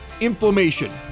inflammation